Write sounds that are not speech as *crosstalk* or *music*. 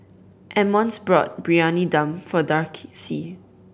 Emmons bought Briyani Dum for *unintelligible*